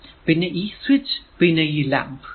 പിന്നെ ഈ സ്വിച്ച് പിന്നെ ഈ ലാമ്പ്